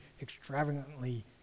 extravagantly